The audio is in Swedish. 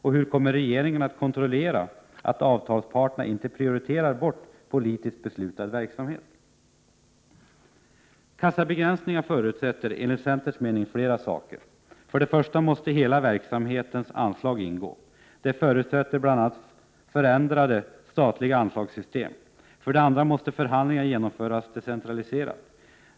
— Hur kommer regeringen att kontrollera att avtalsparterna inte prioriterar bort politiskt beslutad verksamhet? Kassabegränsningar förutsätter enligt centerns mening flera saker: För det första måste hela verksamhetens anslag ingå. Detta förutsätter bl.a. förändrade statliga anslagssystem. För det andra måste förhandlingarna genomföras decentraliserat.